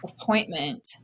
appointment